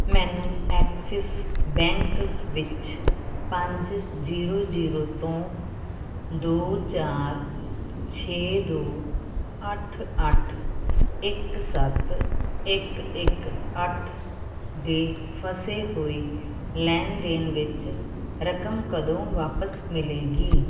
ਮੈਨੂੰ Axis bank ਵਿੱਚ ਪੰਜ ਜ਼ੀਰੋ ਜ਼ੀਰੋ ਤੋਂ ਦੋ ਚਾਰ ਛੇ ਦੋ ਅੱਠ ਅੱਠ ਇੱਕ ਸੱਤ ਇੱਕ ਇੱਕ ਅੱਠ ਦੇ ਫਸੇ ਹੋਏ ਲੈਣ ਦੇਣ ਵਿੱਚ ਰਕਮ ਕਦੋਂ ਵਾਪਸ ਮਿਲੇਗੀ